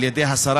על ידי הסרת